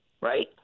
Right